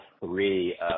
three